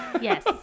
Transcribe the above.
Yes